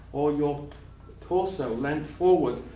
or your torso leant forward,